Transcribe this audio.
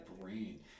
brain